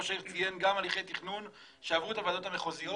ראש העיר ציין גם הליכי תכנון שעברו את הוועדות המחוזיות